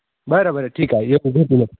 बरं बरं ठीक आहे येतो भेटू मग